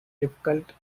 difficult